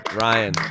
Ryan